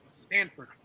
Stanford